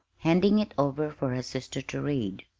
handing it over for her sister to read.